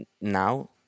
now